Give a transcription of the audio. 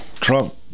Trump